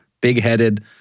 big-headed